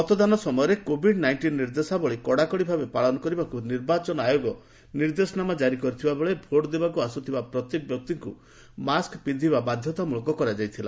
ମତଦାନ ସମୟରେ covid nineteen ନିର୍ଦ୍ଦେଶାବଳୀ କଡ଼ାକଡ଼ି ଭାବେ ପାଳନ କରିବାକୁ ନିର୍ବାଚନ ଆୟୋଗ ନିର୍ଦ୍ଦେଶ ଜାରି କରିଥିବାବେଳେ ଭୋଟ୍ ଦେବାକୁ ଆସୁଥିବା ପ୍ରତ୍ୟେକ ବ୍ୟକ୍ତିଙ୍କୁ ମାସ୍କ ପିନ୍ଧିବା ବାଧ୍ୟତାମୃଳକ କରାଯାଇଥିଲା